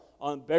on